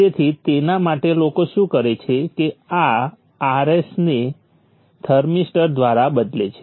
તેથી તેના માટે લોકો શું કરે છે કે આ Rs ને થર્મિસ્ટર દ્વારા બદલે છે